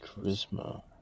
charisma